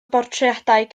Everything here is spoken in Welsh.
bortreadau